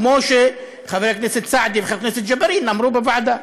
כמו שחבר הכנסת סעדי וחבר הכנסת ג'בארין אמרו בוועדה.